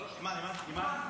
לא --- אימאן,